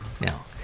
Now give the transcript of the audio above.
Now